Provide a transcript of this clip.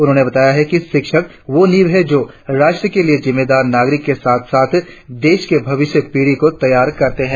उन्होंने बताया कि शिक्षक वो नीव है जो राष्ट्र के लिए जिम्मेदार नागरिक के साथ साथ देश के भविष्य पीड़ि को तैयार करते है